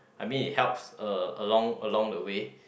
I mean it helps a along along the way